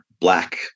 black